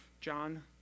John